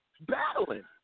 Battling